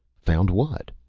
found what?